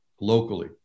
locally